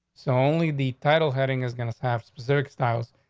so only the title heading is gonna have specific styles.